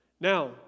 Now